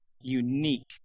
unique